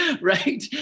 Right